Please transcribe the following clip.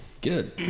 good